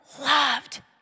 loved